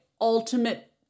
ultimate